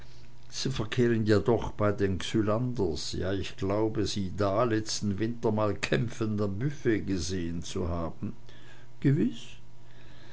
sie verkehren doch auch bei den xylanders ja ich glaube sie da letzten winter mal kämpfend am büfett gesehen zu haben gewiß